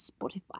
Spotify